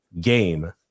game